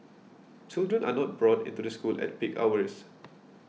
children are not brought into the school at peak hours